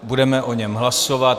Budeme o něm hlasovat.